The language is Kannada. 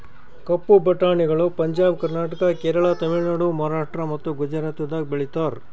ಕಪ್ಪು ಬಟಾಣಿಗಳು ಪಂಜಾಬ್, ಕರ್ನಾಟಕ, ಕೇರಳ, ತಮಿಳುನಾಡು, ಮಹಾರಾಷ್ಟ್ರ ಮತ್ತ ಗುಜರಾತದಾಗ್ ಬೆಳೀತಾರ